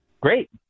Great